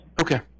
Okay